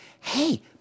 Hey